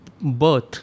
birth